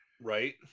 right